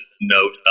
note